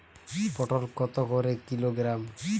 পটল কত করে কিলোগ্রাম?